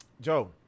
joe